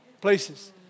places